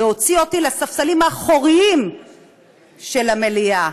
להוציא אותי לספסלים האחוריים של המליאה?